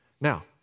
Now